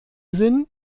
sinn